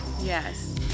yes